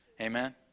Amen